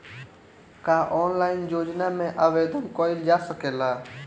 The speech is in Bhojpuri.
का ऑनलाइन योजना में आवेदन कईल जा सकेला?